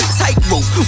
tightrope